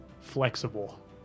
flexible